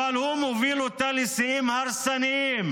אבל הוא מוביל אותה לשיאים הרסניים.